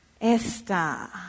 Esther